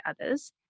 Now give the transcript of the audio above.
others